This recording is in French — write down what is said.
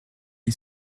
est